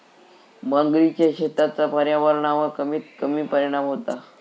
मगरीच्या शेतीचा पर्यावरणावर कमीत कमी परिणाम होता